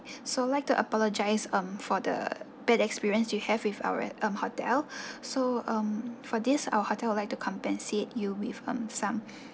so I'd like to apologize um for the bad experience you have with our at um hotel so um for this our hotel would like to compensate you with um some